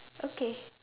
okay